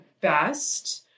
best